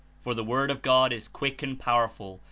for the word of god is quick and powerful,